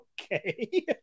okay